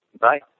Bye